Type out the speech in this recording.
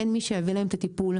אין מי שיביא להם את הטיפול.